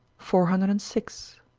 four hundred and six.